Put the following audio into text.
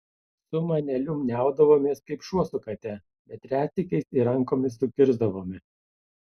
su maneliu niaudavomės kaip šuo su kate bet retsykiais ir rankomis sukirsdavome